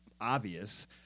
obvious